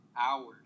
hours